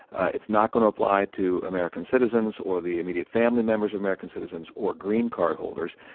it's not going to apply to american citizens or the immediate family members of american citizens or green card holders,